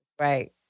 Right